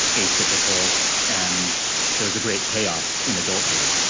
atypical and there was a great payoff in adulthood.